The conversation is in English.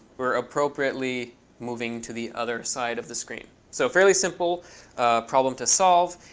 we're appropriately moving to the other side of the screen so a fairly simple problem to solve.